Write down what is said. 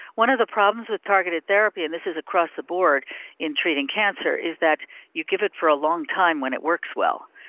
one of the problems with targeted therapy, and this is across the board in treating cancer, is that you give it for a long time when it works well,